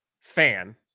fan